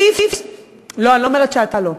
לא פחות מהצבא לא, אני לא אומרת שאתה לא.